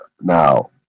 Now